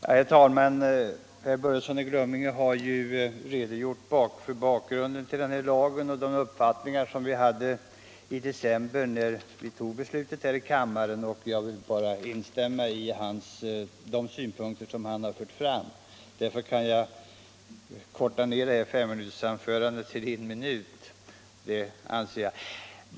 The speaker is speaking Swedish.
Herr talman! Herr Börjesson i Glömminge har nu redogjort för bakgrunden till den här lagen och för de uppfattningar som vi hade i december när vi fattade beslutet här i kammaren, och jag vill bara instämma i de synpunkter han har fört fram. Därför anser jag att jag kan korta ner det här femminutersanförandet till en minut.